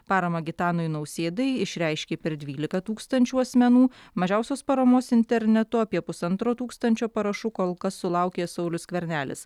paramą gitanui nausėdai išreiškė per dvylika tūkstančių asmenų mažiausios paramos internetu apie pusantro tūkstančio parašų kol kas sulaukė saulius skvernelis